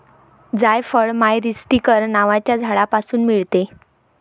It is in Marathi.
जायफळ मायरीस्टीकर नावाच्या झाडापासून मिळते